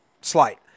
slight